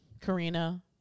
Karina